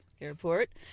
Airport